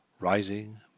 rising